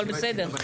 אבל בסדר.